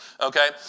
okay